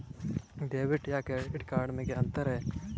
Debit या credit card में क्या अन्तर है?